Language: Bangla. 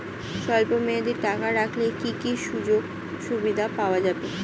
স্বল্পমেয়াদী টাকা রাখলে কি কি সুযোগ সুবিধা পাওয়া যাবে?